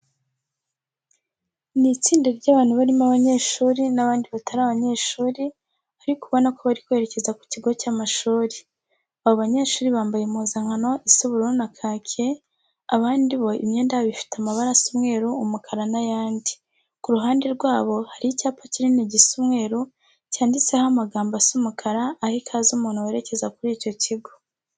Ni itsinda ry'abantu barimo abanyeshuri n'abandi batari abanyeshyuri ariko ubona ko bari kwerekeza ku kigo cy'amashuri. Abo banyeshuri bambaye impuzankano isa ubururu na kake, abandi bo imyenda yabo ifite amabara asa umweru, umukara n'ayandi. Ku ruhande rwabo hari icyapa kinini gisa umweru, cyanditseho amagambo asa umukara aha ikaze umuntu werekeza kuri icyo kigo.